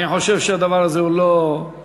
אני חושב שהדבר הזה הוא לא פרלמנטרי,